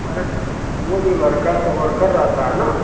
अरे वह जो लड़का सब वर्कर रहता है ना